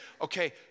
Okay